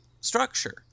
structure